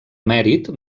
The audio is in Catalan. emèrit